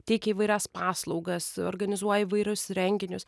teikia įvairias paslaugas organizuoja įvairius renginius